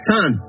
Son